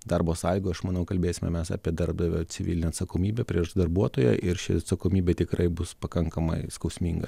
darbo sąlygų aš manau kalbėsime mes apie darbdavio civilinę atsakomybę prieš darbuotoją ir ši atsakomybė tikrai bus pakankamai skausminga